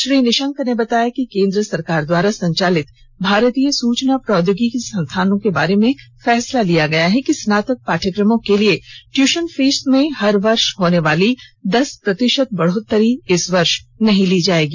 श्री निशंक ने बताया कि केन्द्र सरकार द्वारा संचालित भारतीय सूचना प्रौद्योगिकी संस्थानों के बारे में फैसला लिया गया है कि स्नातक पाठ्यक्रमों के लिए ट्यूशन फीस में हर वर्ष होने वाली दस प्रतिशत बढ़ोत्तरी इस वर्ष नहीं की जाएगी